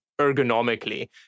ergonomically